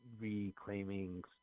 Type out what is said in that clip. reclaiming